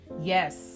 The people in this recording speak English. Yes